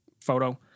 photo